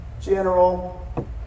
general